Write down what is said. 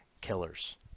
killers